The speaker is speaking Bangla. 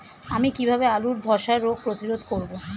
আমি কিভাবে আলুর ধ্বসা রোগ প্রতিরোধ করব?